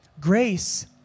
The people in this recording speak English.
Grace